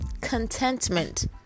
contentment